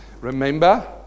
Remember